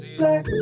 black